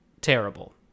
terrible